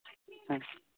ᱦᱮᱸ